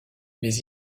mais